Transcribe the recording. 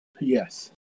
Yes